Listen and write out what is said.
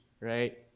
right